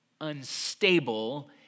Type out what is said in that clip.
unstable